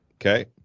Okay